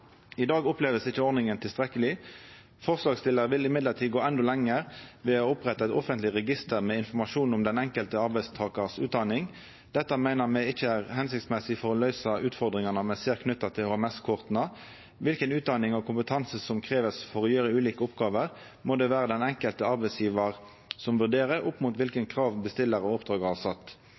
I dag blir ikkje ordninga opplevd tilstrekkeleg. Forslagsstillarane vil gå endå lenger og oppretta eit offentleg register med informasjon om kva utdanning den enkelte arbeidstakaren har. Dette meiner me ikkje er hensiktsmessig for å løysa utfordringane me ser knytte til HMS-korta. Kva utdanning og kompetanse som krevst for å utføra ulike oppgåver, må det vera den enkelte arbeidsgjevaren som vurderer opp mot dei krava bestillaren av oppdraget har